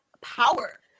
power